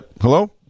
Hello